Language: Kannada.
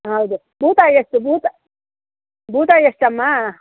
ಹೌದು ಬೂತಾಯಿ ಎಷ್ಟು ಬೂತಾಯಿ ಬೂತಾಯಿ ಎಷ್ಟಮ್ಮ